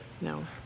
No